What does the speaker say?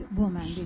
woman